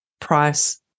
price